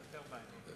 זה יותר מעניין.